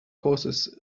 courses